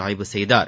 ஆய்வு செய்தார்